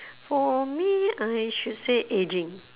for me I should say ageing